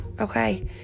okay